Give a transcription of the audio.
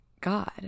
God